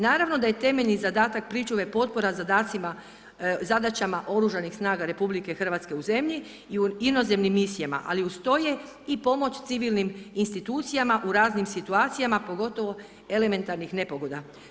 Naravno da je temeljni zadatak pričuve potpora zadaćama Oružanih snaga RH u zemlji i u inozemnim misijama, ali uz to je i pomoć civilnim institucijama u raznim situacijama, pogotovo elementarnih nepogoda.